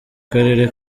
karere